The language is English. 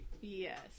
Yes